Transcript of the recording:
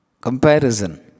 Comparison